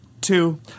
two